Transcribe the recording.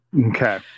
Okay